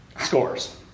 Scores